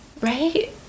right